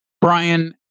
Brian